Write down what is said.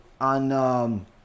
on